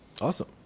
Awesome